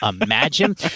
imagine